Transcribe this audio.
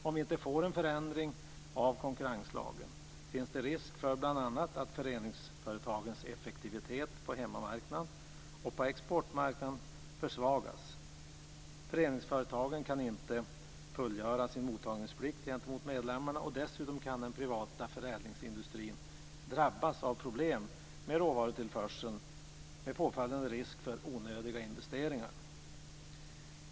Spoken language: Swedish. Om vi inte får en förändring av konkurrenslagen finns det bl.a. risk för att föreningsföretagens effektivitet på hemmamarknaden och på exportmarknaden försvagas. Föreningsföretagen kan inte fullgöra sin mottagningsplikt gentemot medlemmarna och dessutom kan den privata förädlingsindustrin drabbas av problem med råvarutillförseln med påfallande risk för onödiga investeringar.